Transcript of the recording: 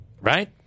right